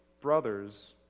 brothers